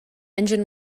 engine